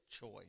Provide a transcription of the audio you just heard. choice